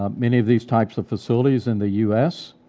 um many of these types of facilities in the u s,